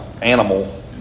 animal